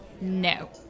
no